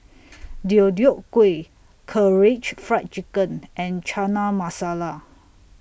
Deodeok Gui Karaage Fried Chicken and Chana Masala